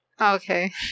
okay